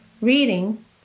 reading